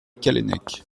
callennec